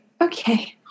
okay